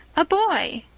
a boy!